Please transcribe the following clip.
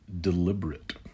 deliberate